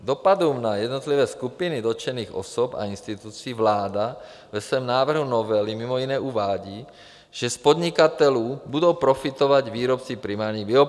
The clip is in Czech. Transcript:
Dopadům na jednotlivé skupiny dotčených osob a institucí vláda ve svém návrhu novely mimo jiné uvádí, že z podnikatelů budou profitovat výrobci primárních biopaliv.